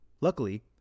Luckily